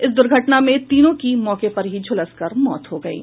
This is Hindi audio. इस दुर्घटना में तीनो की मौके पर ही झुलसकर मौत हो गयी